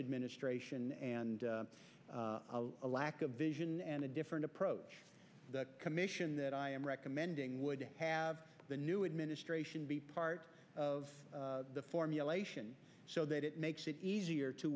administration and a lack of vision and a different approach the commission that i am recommending would have the new administration be part of the formulation so that it makes it easier to